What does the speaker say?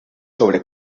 sobre